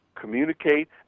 communicate